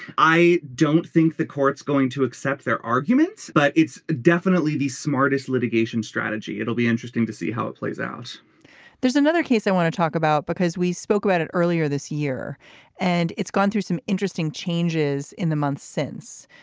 i don't think the court's going to accept their arguments but it's definitely the smartest litigation strategy. it'll be interesting to see how it plays out there's another case i want to talk about because we spoke about it earlier this year and it's gone through some interesting changes in the months since.